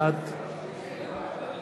בעד